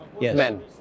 Men